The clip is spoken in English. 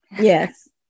Yes